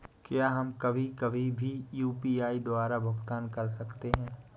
क्या हम कभी कभी भी यू.पी.आई द्वारा भुगतान कर सकते हैं?